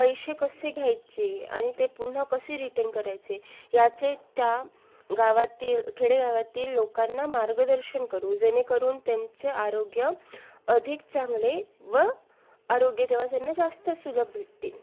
पैसे कसे घ्यायचे आणि ते पुन्हा कसे रिटन करायचे याचे त्या गावातील खेडेगावातील लोकांना मार्गदर्शन करू जेणेकरून त्यांचे आरोग्य अधिक चांगले व आरोग्यसेवा त्यांना जास्त सुलभ भेटतील